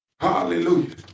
Hallelujah